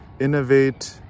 innovate